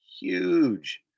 huge